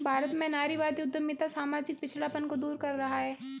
भारत में नारीवादी उद्यमिता सामाजिक पिछड़ापन को दूर कर रहा है